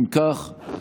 אם כך,